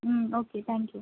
ம் okay thank you